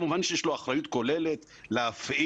כמובן שיש לו אחריות כוללת להפעיל,